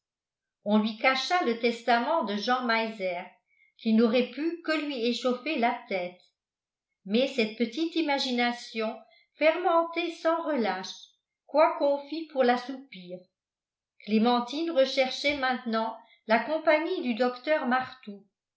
on lui cacha le testament de jean meiser qui n'aurait pu que lui échauffer la tête mais cette petite imagination fermentait sans relâche quoi qu'on fît pour l'assoupir clémentine recherchait maintenant la compagnie du docteur martout